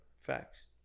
Facts